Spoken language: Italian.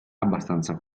abbastanza